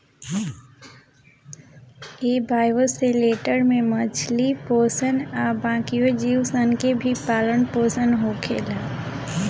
ए bioshelter में मछली पोसल आ बाकिओ जीव सन के भी पालन पोसन होखेला